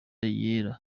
yera